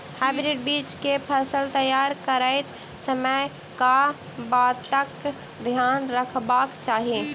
Hybrid बीज केँ फसल तैयार करैत समय कऽ बातक ध्यान रखबाक चाहि?